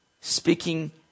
speaking